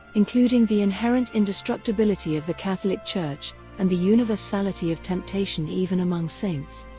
including the inherent indestructibility of the catholic church and the universality of temptation even among saints.